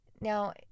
Now